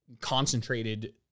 concentrated